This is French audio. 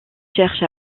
cherche